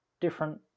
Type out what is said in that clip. different